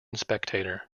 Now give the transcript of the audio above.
spectator